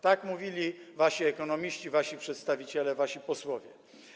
Tak mówili wasi ekonomiści, wasi przedstawiciele, wasi posłowie.